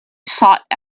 sought